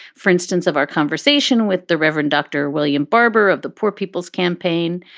for instance, of our conversation with the reverend dr. william barber of the poor people's campaign.